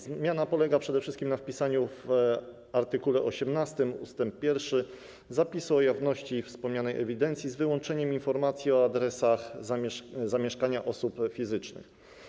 Zmiana polega przede wszystkim na wpisaniu do art. 18 ust. 1 zapisu o jawności wspomnianej ewidencji, z wyłączeniem informacji o adresach zamieszkania osób fizycznych.